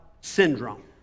syndrome